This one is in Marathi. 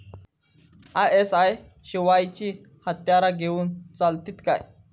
आय.एस.आय शिवायची हत्यारा घेऊन चलतीत काय?